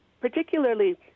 particularly